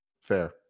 Fair